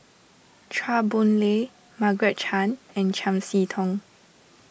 Chua Boon Lay Margaret Chan and Chiam See Tong